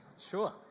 Sure